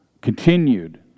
continued